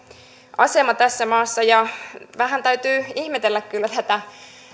asema tässä maassa vähän täytyy ihmetellä kyllä tätä